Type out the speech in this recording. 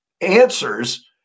answers